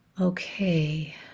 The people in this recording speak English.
Okay